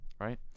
right